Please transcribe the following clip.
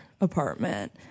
apartment